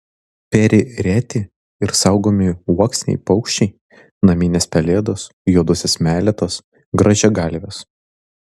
peri reti ir saugomi uoksiniai paukščiai naminės pelėdos juodosios meletos grąžiagalvės